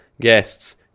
guests